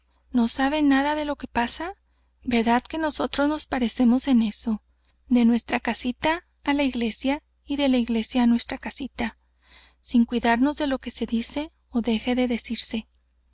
no sabe nada de lo que pasa verdad que nosotras nos parecemos en eso de nuestra casita á la iglesia y de la iglesia á nuestra casita sin cuidarnos de lo que se dice ó déjase de decir